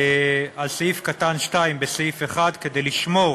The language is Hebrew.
על פסקה (2) בסעיף 1, כדי לשמור